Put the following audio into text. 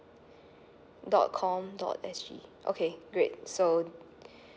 dot com dot S G okay great so